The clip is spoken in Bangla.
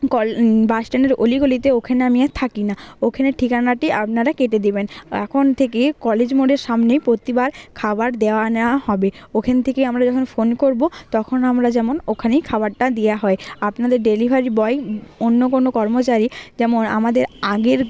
কল বাস স্ট্যান্ডের অলিগলিতে ওখানে আমি আর থাকি না ওখানের ঠিকানাটি আপনারা কেটে দেবেন এখন থেকে কলেজ মোড়ের সামনে প্রতিবার খাবার দেওয়া নেওয়া হবে ওখেন থেকে আমরা যখন ফোন করবো তখন আমরা যেমন ওখানেই খাবারটা দিয়া হয় আপনাদের ডেলিভারি বয় অন্য কোনো কর্মচারী যেমন আমাদের আগের